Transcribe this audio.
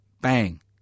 Bang